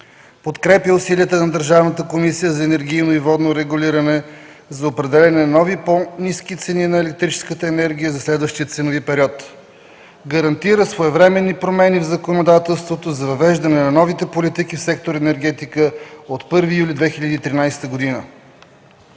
Подкрепя усилията на Държавната комисия за енергийно и водно регулиране за определяне на нови, по-ниски цени на електрическата енергия за следващия ценови период. 3. Гарантира своевременни промени в законодателството за въвеждане на новите политики в сектор „Енергетика” от 1 юли 2013 г.”